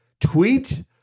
Tweet